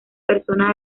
persona